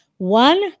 One